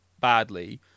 badly